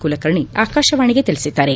ಕುಲಕರ್ಣಿ ಆಕಾಶವಾಣಿಗೆ ತಿಳಿಸಿದ್ದಾರೆ